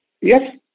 Yes